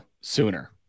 sooner